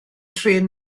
trên